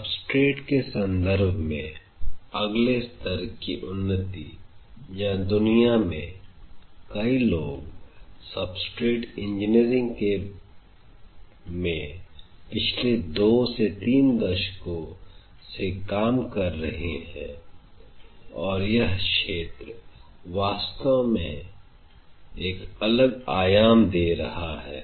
substrate के संदर्भ में अगले स्तर की उन्नति जहां दुनिया में कई लोग सब्सट्रेट इंजीनियरिंग मैं पिछले 2 से 3 दशकों से काम कर रहे हैं और यह क्षेत्र वास्तव में एक अलग आयाम दे रहा है